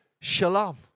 shalom